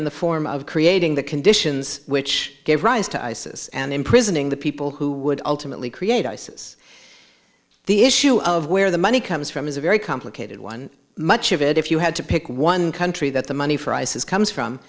in the form of creating the conditions which gave rise to isis and imprisoning the people who would ultimately create isis the issue of where the money comes from is a very complicated one much of it if you had to pick one country that the money for isis comes from